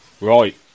Right